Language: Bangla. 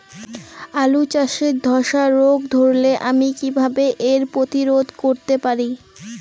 আলু চাষে ধসা রোগ ধরলে আমি কীভাবে এর প্রতিরোধ করতে পারি?